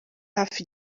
hafi